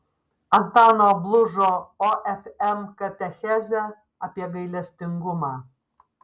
antano blužo ofm katechezė apie gailestingumą